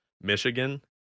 Michigan